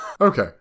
Okay